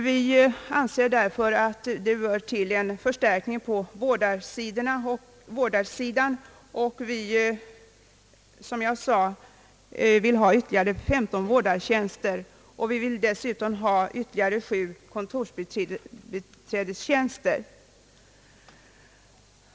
Vi anser därför att det bör ske en förstärkning på vårdsidan i form av ytterligare femton vårdartjänster samt dessutom ytterligare sju kontorsbiträdestjänster.